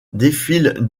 défile